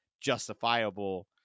justifiable